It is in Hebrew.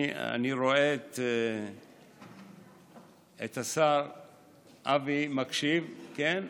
אני רואה את השר אבי מקשיב, כן?